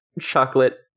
chocolate